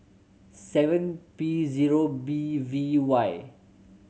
seven P zero B V Y